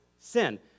sin